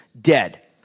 Dead